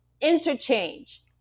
interchange